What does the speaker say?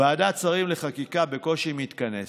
ועדת שרים לחקיקה בקושי מתכנסת.